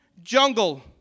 jungle